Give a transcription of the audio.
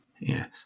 Yes